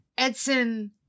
Edson